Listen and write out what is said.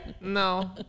no